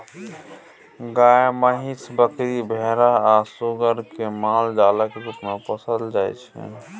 गाय, महीस, बकरी, भेरा आ सुग्गर केँ मालजालक रुप मे पोसल जाइ छै